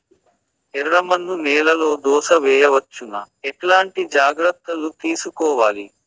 ఎర్రమన్ను నేలలో దోస వేయవచ్చునా? ఎట్లాంటి జాగ్రత్త లు తీసుకోవాలి?